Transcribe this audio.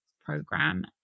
program